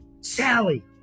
Sally